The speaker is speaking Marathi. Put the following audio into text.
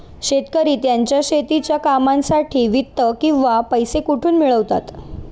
शेतकरी त्यांच्या शेतीच्या कामांसाठी वित्त किंवा पैसा कुठून मिळवतात?